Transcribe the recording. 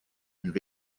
and